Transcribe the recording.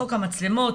חוק המצלמות,